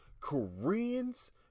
Koreans